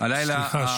הלילה שעבר.